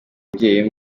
mubyeyi